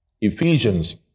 Ephesians